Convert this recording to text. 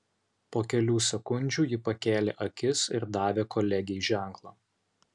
po kelių sekundžių ji pakėlė akis ir davė kolegei ženklą